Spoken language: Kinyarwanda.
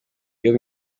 iyo